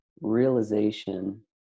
realization